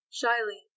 shyly